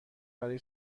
برای